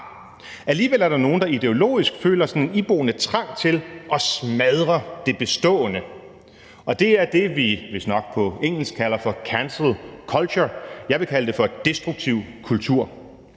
Alligevel er der nogen, der idelologisk føler sådan en iboende trang til at smadre det bestående, og det er det, vi vist nok på engelsk kalder for cancel culture, jeg vil kalde det for destruktiv kultur.